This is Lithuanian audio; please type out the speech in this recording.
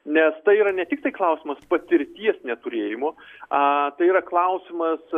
nes tai yra ne tik tai klausimas patirties neturėjimo a tai yra klausimas